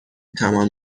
تمام